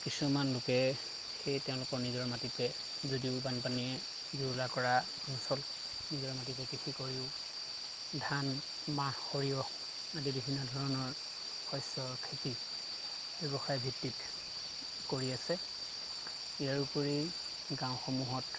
কিছুমান লোকে সেই তেওঁলোকৰ নিজৰ মাটিতে যদিও বানপানীয়ে জুৰুলা কৰা অঞ্চল নিজৰ মাটিতে কৃষি কৰিও ধান মাহ সৰিয়হ আদি বিভিন্ন ধৰণৰ শস্যৰ খেতি ব্যৱসায়ভিত্তিত কৰি আছে ইয়াৰোপৰি গাঁওসমূহত